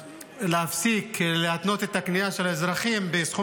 להפסיק להתנות את הקנייה של האזרחים בסכום